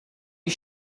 you